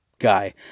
guy